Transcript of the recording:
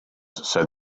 said